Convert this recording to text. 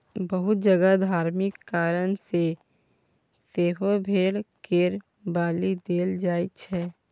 बहुत जगह धार्मिक कारण सँ सेहो भेड़ा केर बलि देल जाइ छै